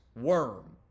Worm